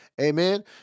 Amen